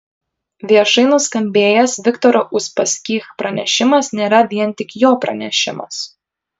viešai nuskambėjęs viktoro uspaskich pranešimas nėra vien tik jo pranešimas